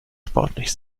sportlich